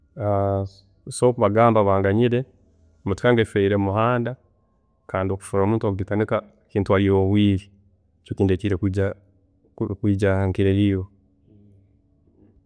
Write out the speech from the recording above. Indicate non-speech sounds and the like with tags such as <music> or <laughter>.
Nsobola kubagambira banganyire, emotoka yange efweeriire mumuhanda, kandi kufuna omuntu owokugikanika kintwariire obwiire, nikyo kindetiire <hesitation> kwiija nkereriirwe.